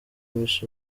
miss